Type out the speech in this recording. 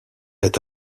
est